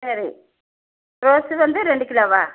சரி ரோஸ் வந்து ரெண்டு கிலோவா